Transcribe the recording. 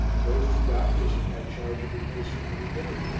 those two doctors had had charge of the case from the beginning,